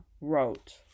wrote